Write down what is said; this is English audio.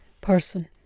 person